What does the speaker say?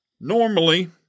Normally